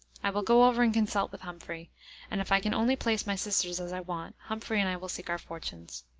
i will go over and consult with humphrey and if i can only place my sisters as i want, humphrey and i will seek our fortunes.